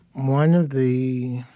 one of the